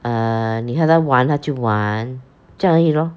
err 你跟他玩他就玩这样而已 lor